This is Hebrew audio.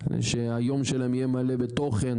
שהיום שלהם יהיה מלא בתוכן,